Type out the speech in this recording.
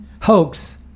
hoax